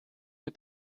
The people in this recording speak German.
mir